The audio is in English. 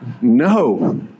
No